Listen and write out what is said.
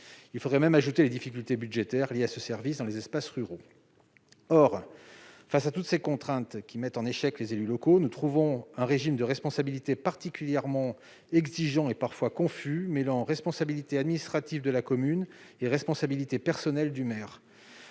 il faudrait ajouter les difficultés budgétaires qu'occasionne ce service dans les territoires ruraux. Face à toutes ces contraintes qui tiennent les élus locaux en échec, il existe un régime de responsabilité particulièrement exigeant, parfois confus, mêlant responsabilité administrative de la commune et responsabilité personnelle du maire.